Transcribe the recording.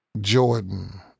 Jordan